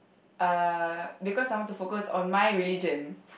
uh because I wanted to focus on my religion